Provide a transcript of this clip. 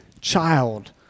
child